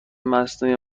مصنوعی